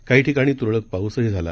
काही ठिकाणी तुरळक पाऊसही झाला